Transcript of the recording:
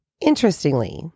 Interestingly